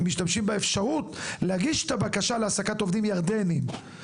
באפשרות להגיש את הבקשה להעסקת עובדים ירדנים.